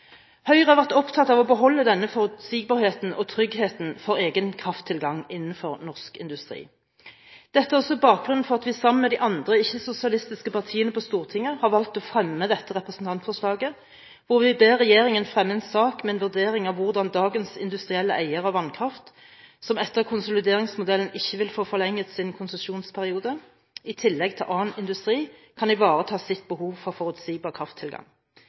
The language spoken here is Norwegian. Høyre har vært opptatt av å beholde denne forutsigbarheten og tryggheten for egen krafttilgang innenfor norsk industri. Dette er også bakgrunnen for at vi sammen med de andre ikke-sosialistiske partiene på Stortinget har valgt å fremme dette representantforslaget, hvor vi ber regjeringen fremme en sak med en vurdering av hvordan dagens industrielle eiere av vannkraft, som etter konsolideringsmodellen ikke vil få forlenget sin konsesjonsperiode, i tillegg til annen industri kan ivareta sitt behov for forutsigbar krafttilgang.